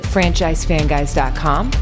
FranchiseFanguys.com